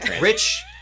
Rich